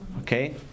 Okay